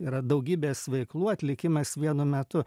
yra daugybės veiklų atlikimas vienu metu